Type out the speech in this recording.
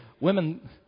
women